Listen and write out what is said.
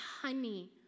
honey